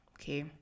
okay